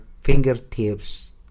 fingertips